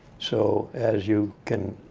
so as you can